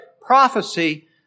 prophecy